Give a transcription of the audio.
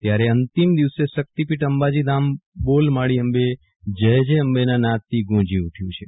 ત્યારે અંતિમ દિવિસે શક્તિપીઠ અંબાજી ધામ બોલ માડી અંબે જય જય અંબેના નાદથી ગુંજી ઉઠ્યું છે